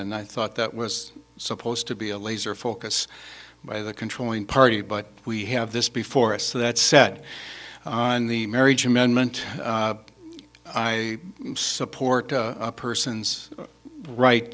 and i thought that was supposed to be a laser focus by the controlling party but we have this before us that said on the marriage amendment i support a person's right